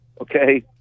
okay